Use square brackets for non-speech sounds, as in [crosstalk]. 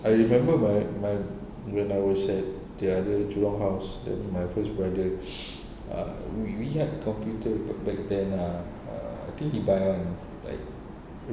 I remember my my when I was at the other jurong house with my first brother [breath] ah we we had computer back back then ah err I think he buy one like